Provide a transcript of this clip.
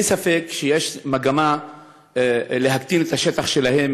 אין ספק שיש מגמה להקטין את השטח שלהם,